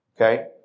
Okay